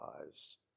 lives